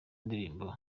indirimbo